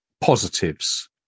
positives